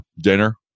dinner